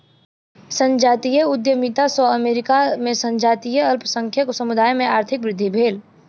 संजातीय उद्यमिता सॅ अमेरिका में संजातीय अल्पसंख्यक समुदाय में आर्थिक वृद्धि भेल